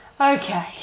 Okay